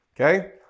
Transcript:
Okay